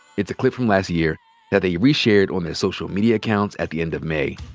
it's a clip from last year that they reshared on their social media accounts at the end of may.